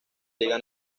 liga